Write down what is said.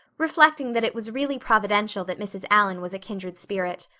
reflecting that it was really providential that mrs. allan was a kindred spirit.